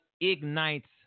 ignites